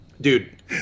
Dude